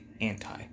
anti